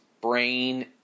brain